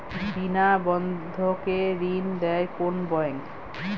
বিনা বন্ধকে ঋণ দেয় কোন ব্যাংক?